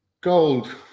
gold